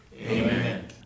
Amen